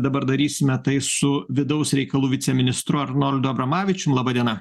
dabar darysime tai su vidaus reikalų viceministru arnoldu abramavičium laba diena